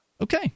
Okay